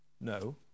No